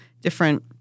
different